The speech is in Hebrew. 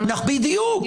בדיוק.